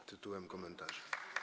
To tytułem komentarza.